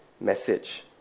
message